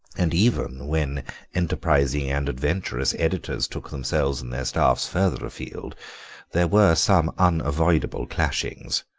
and even when enterprising and adventurous editors took themselves and their staffs further afield there were some unavoidable clashings.